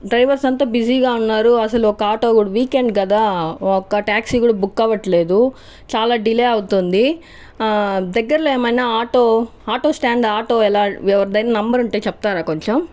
drivers అంత బిజీగా ఉన్నారు అసలు ఒక ఆటో కూడా వీకెండ్ కదా ఒక్క ట్యాక్సీ కూడా బుక్ అవ్వట్లేదు చాలా డిలే అవుతోంది దగ్గరలో ఏమైనా ఆటో ఆటో స్టాండ్ ఆటో ఎలా ఎవరిదైనా నంబర్ ఉంటే చెప్తారా కొంచెం